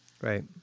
Right